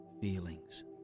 feelings